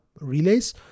relays